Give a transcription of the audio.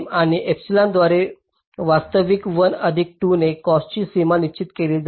आणि एप्सिलॉनद्वारे वास्तविक 1 अधिक 2 ने कॉस्टची सीमा निश्चित केली जाईल